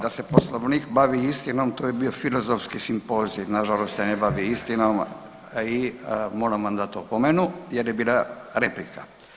Da se Poslovnik bavi istinom to bi bio filozofski simpozij, nažalost se ne bavi istinom i moram vam dati opomenu jer je bila replika.